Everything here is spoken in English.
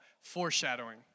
foreshadowing